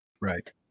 Right